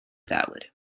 valid